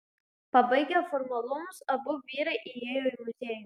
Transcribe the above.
pabaigę formalumus abu vyrai įėjo į muziejų